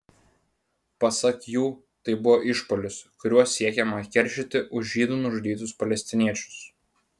pasak jų tai buvo išpuolis kuriuo siekiama atkeršyti už žydų nužudytus palestiniečius